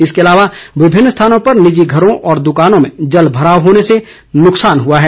इसके अलावा विभिन्न स्थानों पर निजी घरों व दुकानों में जलभराव होने से नुकसान हुआ है